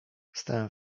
stałem